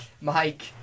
Mike